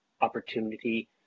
opportunity